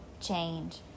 change